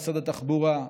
משרד התחבורה,